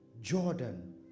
Jordan